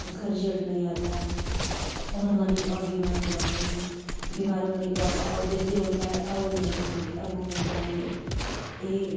उसका रिजल्ट नहीं आता है और मरीज़ और बीमार हो जाते हैं बीमार होने के बाद और जैसे यह होता है अब वह नहीं बचेंगे अब वह मर जाएँगे यही